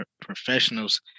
professionals